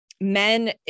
men